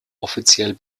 offiziell